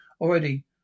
already